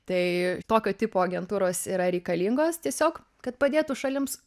tai tokio tipo agentūros yra reikalingos tiesiog kad padėtų šalims